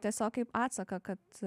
tiesiog kaip atsaką kad